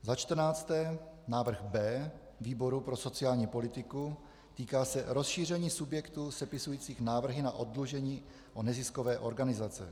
Za čtrnácté návrh B výboru pro sociální politiku, týká se rozšíření subjektů sepisujících návrhy na oddlužení o neziskové organizace.